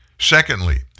Secondly